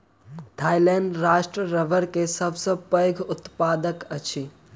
Thailand राष्ट्र रबड़ के सबसे पैघ उत्पादक अछि